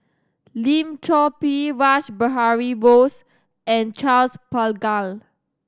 Lim Chor Pee Rash Behari Bose and Charles Paglar